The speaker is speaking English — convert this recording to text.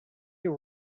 you